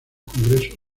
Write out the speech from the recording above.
congresos